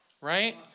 Right